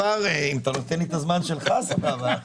אם אתה נותן לי את הזמן שלך סבבה.